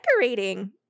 decorating